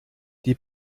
die